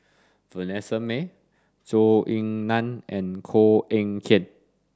Vanessa Mae Zhou Ying Nan and Koh Eng Kian